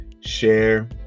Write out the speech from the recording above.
share